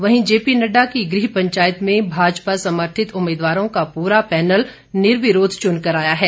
वहीं जेपी नड्डा की गृह पंचायत में भाजपा समर्थित उम्मीदवारों का पूरा पैनल निर्विरोध चुनकर आया है